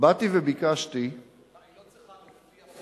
באתי וביקשתי, מה, היא לא צריכה להוכיח,